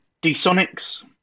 D-Sonics